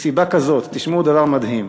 מסיבה כזאת, תשמעו דבר מדהים: